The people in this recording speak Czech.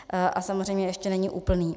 A samozřejmě ještě není úplný.